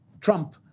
Trump